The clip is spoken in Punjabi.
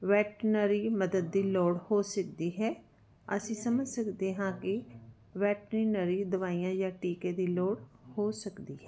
ਵੈਟਰਨਰੀ ਮਦਦ ਦੀ ਲੋੜ ਹੋ ਸਕਦੀ ਹੈ ਅਸੀਂ ਸਮਝ ਸਕਦੇ ਹਾਂ ਕਿ ਵੈਟਰਨਰੀ ਦਵਾਈਆਂ ਜਾਂ ਟੀਕੇ ਦੀ ਲੋੜ ਹੋ ਸਕਦੀ ਹੈ